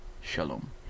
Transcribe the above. Shalom